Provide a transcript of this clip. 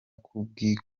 kubikwa